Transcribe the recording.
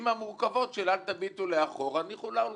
עם המורכבות של "אל תביטו לאחור, הניחו להולכים".